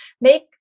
make